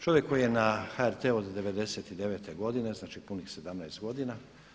Čovjek koji je na HRT-u od 99. godine, znači punih 17 godina.